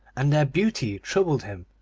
and their beauty troubled him,